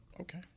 Okay